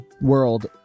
World